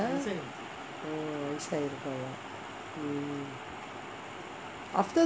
oh வயசு ஆயிருக்கும்:vayasu aayirukkum lah